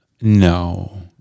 no